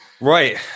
Right